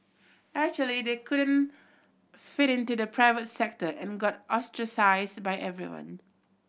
actually they couldn't fit into the private sector and got ostracised by everyone